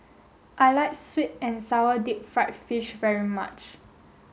I like sweet and sour deep fried fish very much